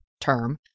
term